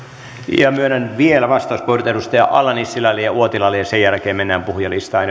myönnän vielä vastauspuheenvuorot edustajille ala nissilä ja uotila ja sen jälkeen mennään puhujalistaan